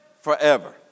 forever